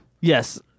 Yes